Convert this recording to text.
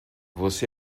você